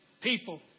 people